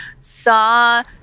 saw